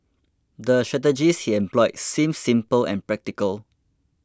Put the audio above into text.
the strategies he employed seemed simple and practical